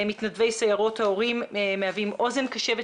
מתנדבי סיירות ההורים מהווים אוזן קשבת